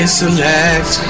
select